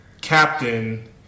captain